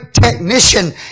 technician